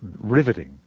riveting